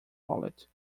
wallet